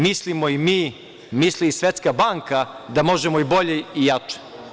Mislimo i mi, misli i Svetska banka da možemo bolje i jače.